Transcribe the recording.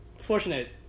fortunate